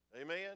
Amen